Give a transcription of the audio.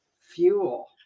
fuel